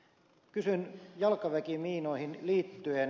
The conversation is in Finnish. kysyn jalkaväkimiinoihin liittyen